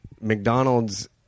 mcdonald's